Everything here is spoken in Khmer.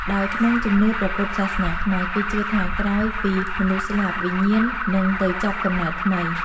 ដោយក្នុងជំនឿព្រះពុទ្ធសាសនាខ្មែរ គេជឿថា ក្រោយពីមនុស្សស្លាប់ វិញ្ញាណនឹងទៅចាប់កំណើតថ្មី។